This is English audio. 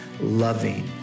loving